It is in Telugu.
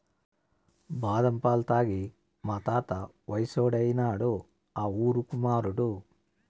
బాదం పాలు తాగి తాగి మా తాత వయసోడైనాడు ఆ ఊరుకుమాడు